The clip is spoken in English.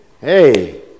Hey